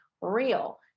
real